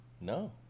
no